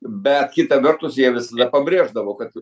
bet kita vertus jie visada pabrėždavo kad